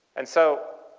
and so